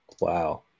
Wow